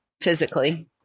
physically